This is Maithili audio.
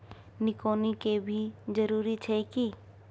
निकौनी के भी जरूरी छै की?